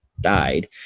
died